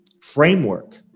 framework